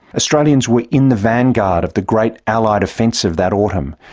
australians were in the vanguard of the great allied offensive that autumn,